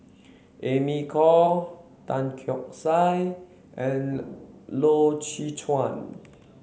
Amy Khor Tan Keong Saik and Loy Chye Chuan